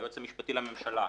מן היועץ המשפטי לממשלה.